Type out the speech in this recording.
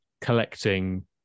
collecting